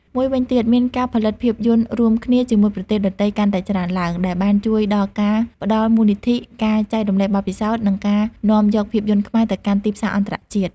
មួយវិញទៀត មានការផលិតភាពយន្តរួមគ្នាជាមួយប្រទេសដទៃកាន់តែច្រើនឡើង ដែលបានជួយដល់ការផ្តល់មូលនិធិ ការចែករំលែកបទពិសោធន៍ និងការនាំយកភាពយន្តខ្មែរទៅកាន់ទីផ្សារអន្តរជាតិ។